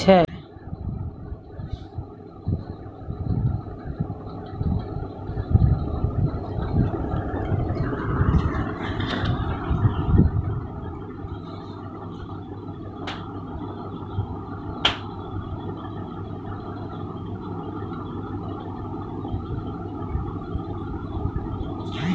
वस्तु आरो सेवा कर एक अप्रत्यक्ष कर या उपभोग कर हुवै छै